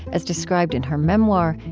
as described in her memoir,